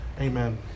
Amen